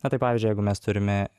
na tai pavyzdžiui jeigu mes turime